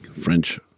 French